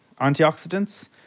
antioxidants